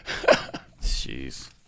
Jeez